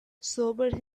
sobered